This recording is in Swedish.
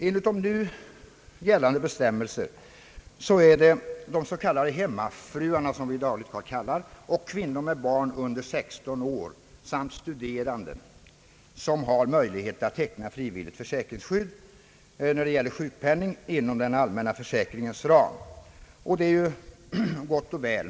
Enligt de nu gällande bestämmelserna är det de s.k. hemmafruarna, kvinnor med barn under 16 år samt studerande som har möjlighet att teckna frivillig försäkring för sjukpenning inom den allmänna försäkringens ram, och det är gott och väl.